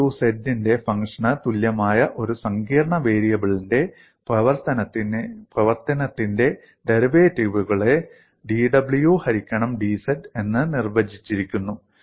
w z ന്റെ ഫങ്ഷന് തുല്യമായ ഒരു സങ്കീർണ്ണ വേരിയബിളിന്റെ പ്രവർത്തനത്തിന്റെ ഡെറിവേറ്റീവുകളെ dw ഹരിക്കണം dz എന്ന് നിര്വചിച്ചിരിക്കുന്നു